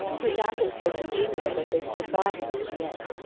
who found him so congenial that they stood by him to the end.